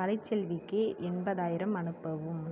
கலைச்செல்விக்கு எண்பதாயிரம் அனுப்பவும்